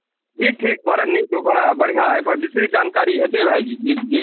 ठीक ठीक बड़ा नीक बड़ा बढ़ियाँ एहि पर विशेष जानकारी हेतै भाईजी जी जी जी